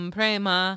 Prema